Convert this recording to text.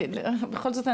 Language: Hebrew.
בכל זאת,